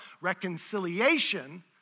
reconciliation